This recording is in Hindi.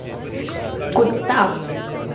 कुत्ता